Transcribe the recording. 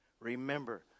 Remember